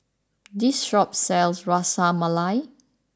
this shop sells Ras Malai